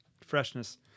freshness